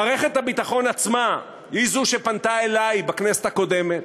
מערכת הביטחון עצמה היא שפנתה אלי בכנסת הקודמת,